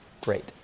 great